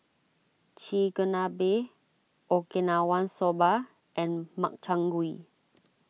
Chigenabe Okinawa Soba and Makchang Gui